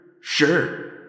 Sure